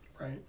Right